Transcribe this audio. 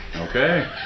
Okay